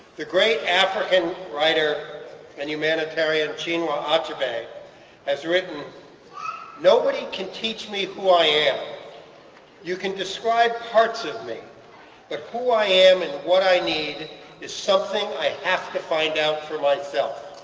the great african writer and humanitarian chinua achebe has written nobody can teach me who i am you can describe parts of me, but who i am and what i need is something i have to find out for myself.